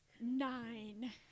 Nine